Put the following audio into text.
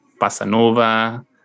Pasanova